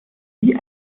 wie